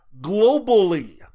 globally